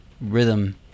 rhythm